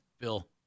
Bill